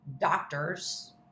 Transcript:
doctors